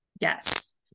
Yes